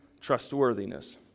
trustworthiness